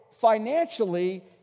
financially